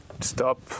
stop